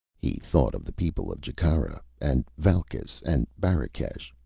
he thought of the people of jekkara and valkis and barrakesh,